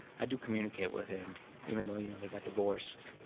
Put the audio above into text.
i do communicate with him even though you know they got divorced